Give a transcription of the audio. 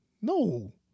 No